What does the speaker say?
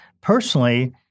personally